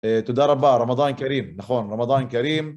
אה, תודה רבה, רמדאן כרים, נכון, רמדאן כרים.